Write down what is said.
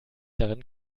darin